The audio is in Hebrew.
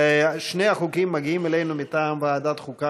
שני החוקים מגיעים אלינו מטעם ועדת החוקה,